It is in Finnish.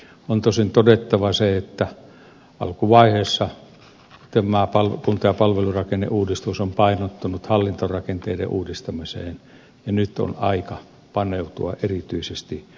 on tosin todettava se että alkuvaiheessa tämä kunta ja palvelurakenneuudistus on painottunut hallintorakenteiden uudistamiseen ja nyt on aika paneutua erityisesti palveluihin